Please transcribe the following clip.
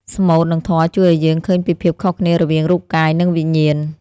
ស្មូត និងធម៌ជួយឱ្យយើងឃើញពីភាពខុសគ្នារវាងរូបកាយ និងវិញ្ញាណ។